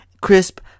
crisp